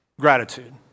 gratitude